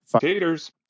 Taters